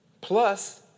Plus